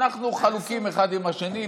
אנחנו חלוקים אחד על השני,